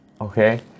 okay